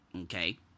okay